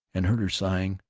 and heard her sighing,